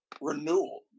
renewal